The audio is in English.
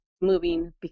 moving